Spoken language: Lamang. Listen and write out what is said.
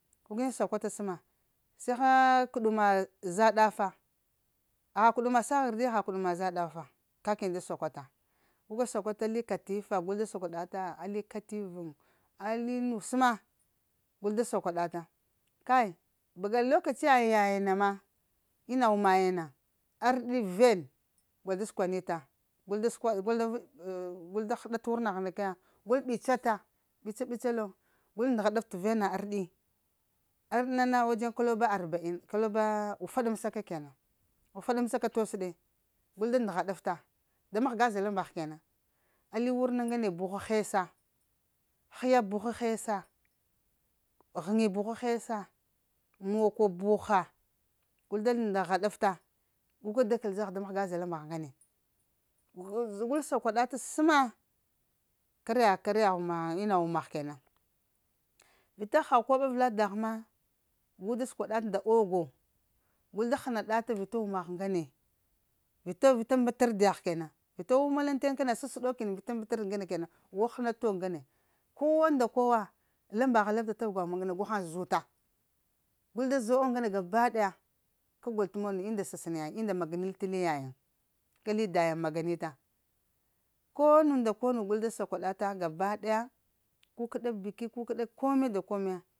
Gu kəni sakwata səma, siha kuɗuma za dafa, aha kuɗuma sa ghərdi aha kuɗuma za dafa ka kəni da sakwata, guka sakwa ali katifa gul da sakwa ɗa ta ali kativuŋ alii nu səma gul da sakwa ɗa ta kai bəga lokaciya yayiŋ na ma, ina wuma yiŋ na. Arɗi ven gol da səkwa nita, gul da səkwa gul da həɗa wurnag na kaya gul pitsata, pica-pica lo gul ndə haɗaf vana arɗi ard nana wadzen kaloba arba'in ka ka loba ufaɗamsaka kena ufaɗamsaka tos ɗe, gul da ndəghadaf ta da mahga zəɗa lambagh kjena ali wurna ŋgane buha hesa, hiya buhu hesa, ghəni buhu hesa moko buha gul da ndaha ɗafta guka da kəl da mahga zəɗa lambagh ŋgane gu gul sakwa ɗafa səma karya karya ina wumagh kenan vita ha koɓo avəla dagh ma, gu da səkwaɗa nda ogo gul da həna ta vita wumagh ŋgane, vit vita mbatardiyagh ke nan, vita wawumal kana sasəɗo kin vita mbatardi ŋgana kenan guka həna t'og ŋgane kowa nda kowe lambagh labta da tabga wuma ŋgane guhaŋ da zute gul da zot og ŋgane gabaɗaya, ka gol t'mog unda sa səna yayi, unda maganil ta li yayiŋ. Ka li dayiŋ maganita, ko nu nda konu gul da sakwaɗata gabadaya kukəɗa bika kukəda koma nda kome